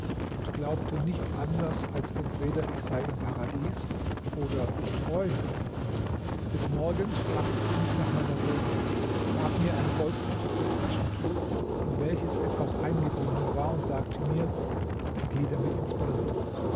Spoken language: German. und glaubte nicht anders als entweder ich sei im paradies oder ich träume des morgens fragte sie mich nach meiner wohnung gab mir ein goldgesticktes taschentuch in welches etwas eingebunden war und sagte mir geh damit ins bad